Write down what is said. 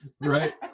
Right